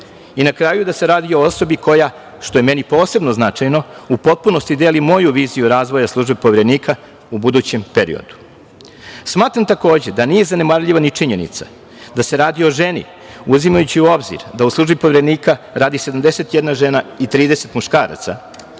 Na kraju, da se radi o osobi koja, što je meni posebno značajno, u potpunosti deli moju viziju razvoja službe Poverenika u budućem periodu. Smatram takođe da nije zanemarljiva ni činjenica da se radi o ženi, uzimajući u obzir da u službi Poverenika radi 71 žena i 30 muškaraca,